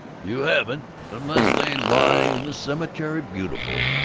you haven't unless they lie in the cemetery beautiful,